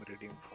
reading